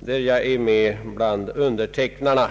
där jag är med bland undertecknarna — nr 945 i denna kammare och nr 1086 i andra kammaren.